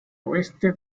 oeste